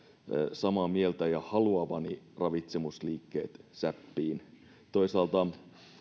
samaa mieltä ja haluavani ravitsemusliikkeet säppiin toisaalta